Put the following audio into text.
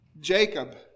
Jacob